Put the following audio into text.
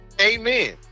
amen